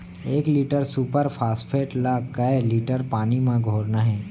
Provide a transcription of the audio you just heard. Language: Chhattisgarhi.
एक लीटर सुपर फास्फेट ला कए लीटर पानी मा घोरना हे?